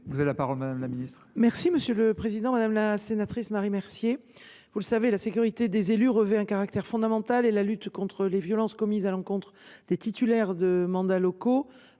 ? La parole est à Mme la ministre déléguée. Madame la sénatrice Marie Mercier, vous le savez, la sécurité des élus revêt un caractère fondamental et la lutte contre les violences commises à l’encontre des titulaires de mandats locaux